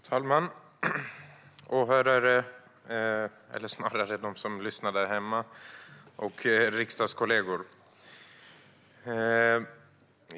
Fru talman! Åhörare - eller snarare ni som lyssnar där hemma - och riksdagskollegor!